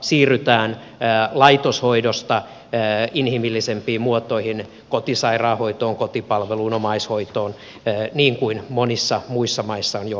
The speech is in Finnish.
siirrytään laitoshoidosta inhimillisempiin muotoihin kotisairaanhoitoon kotipalveluun omaishoitoon niin kuin monissa muissa maissa on jo aiemmin tehty